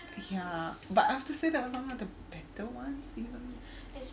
ya but I have to say that it was somehow the better ones